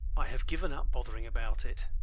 i have given up bothering about it.